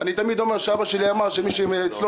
אני תמיד אומר שאבא שלי אמר שמי מילדיו